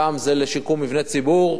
פעם זה לשיקום מבני ציבור,